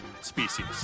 species